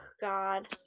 god